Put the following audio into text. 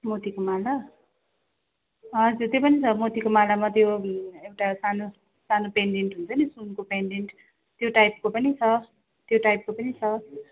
मोतीको माला हजुर त्यो पनि छ मोतीको मालामा त्यो एउटा सानो सानो पेनडेन्ट हुन्छ नि सुनको पेनडेन्ट त्यो टाइपको पनि छ त्यो टाइपको पनि छ